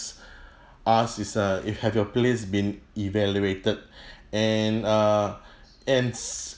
ask is uh if have your place been evaluated and err and sometimes